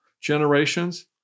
generations